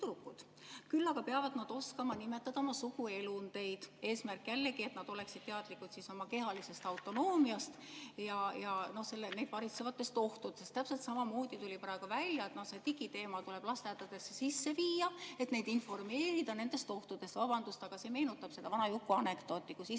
Küll aga peavad nad oskama nimetada oma suguelundeid – eesmärk jällegi, et nad oleksid teadlikud oma kehalisest autonoomiast ja neid varitsevatest ohtudest. Täpselt samamoodi tuli praegu välja, et see digiteema tuleb lasteaedadesse sisse viia, et neid informeerida nendest ohtudest. Vabandust, aga see meenutab seda vana Juku anekdooti, kus isa